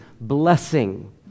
blessing